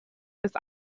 this